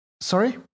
Sorry